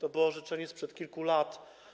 To było orzeczenie sprzed kilku lat.